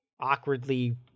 awkwardly